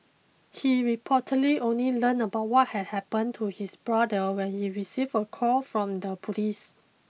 he reportedly only learned about what had happened to his brother when he received a call from the police